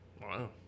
Wow